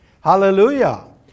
hallelujah